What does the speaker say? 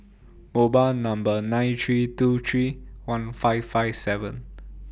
O Bar Number nine three two three one five five seven